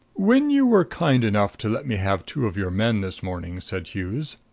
when you were kind enough to let me have two of your men this morning, said hughes,